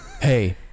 Hey